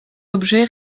objets